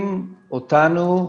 שמחייבים אותנו,